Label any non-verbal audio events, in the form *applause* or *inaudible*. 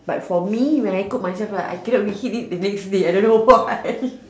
but for me when I cook myself right I cannot reheat it the next day I don't know why *laughs*